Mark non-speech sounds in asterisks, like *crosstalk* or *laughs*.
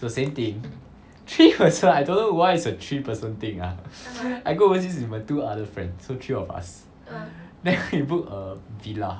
so same thing three person *laughs* I don't know why is a three person thing ah I go overseas with my two other friend so three of us then we book a villa